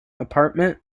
apartment